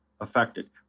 affected